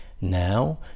Now